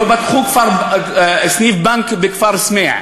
לא פתחו סניף בנק בכפר סמיע,